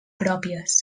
pròpies